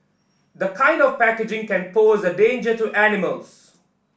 the kind of packaging can pose a danger to animals